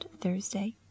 Thursday